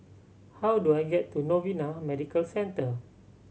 how do I get to Novena Medical Centre